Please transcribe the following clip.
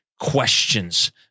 questions